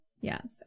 Yes